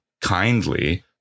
kindly